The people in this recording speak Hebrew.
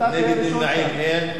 אין מתנגדים, אין נמנעים.